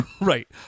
Right